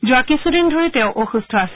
যোৱা কিছুদিনধৰি তেওঁ অসুস্থ আছিল